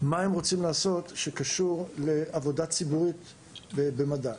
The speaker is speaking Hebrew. מה הם רוצים לעשות שקשור לעבודה ציבורית במדע.